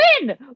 win